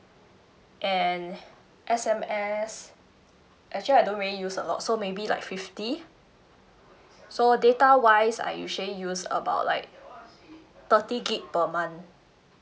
and S_M_S actually I don't really use a lot so maybe like fifty so data wise I usually use about like thirty gig per month